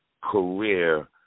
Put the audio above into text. career